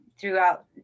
throughout